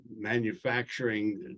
manufacturing